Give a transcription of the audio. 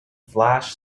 flash